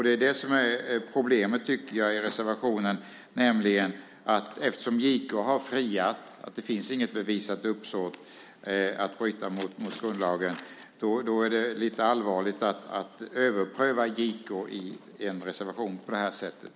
Det är det som är problemet med reservationen. Eftersom JK har friat och sagt att det inte finns något bevisat uppsåt att bryta mot grundlagen är det lite allvarligt att överpröva JK i en reservation på det här sättet.